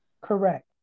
Correct